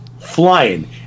flying